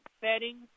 settings